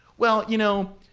well, you know,